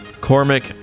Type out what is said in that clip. Cormac